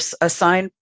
assigned